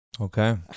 Okay